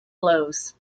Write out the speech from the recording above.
blows